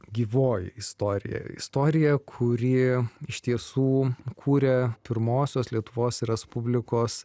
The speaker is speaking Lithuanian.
gyvoji istorija istorija kuri iš tiesų kūrė pirmosios lietuvos respublikos